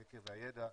חקר הידע.